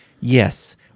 Yes